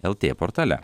lt portale